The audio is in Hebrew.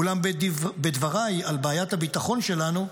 אולם בדבריי על בעיית הביטחון שלנו,